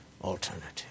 alternative